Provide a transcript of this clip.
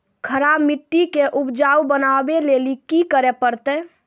खराब मिट्टी के उपजाऊ बनावे लेली की करे परतै?